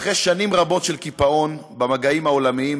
אחרי שנים רבות של קיפאון במגעים העולמיים,